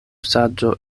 saĝo